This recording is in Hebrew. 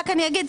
רק אני אגיד,